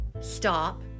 stop